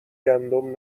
گندم